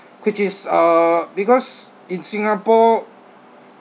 which is uh because in singapore